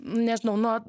nežinau nuo